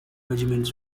regiments